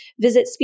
Visit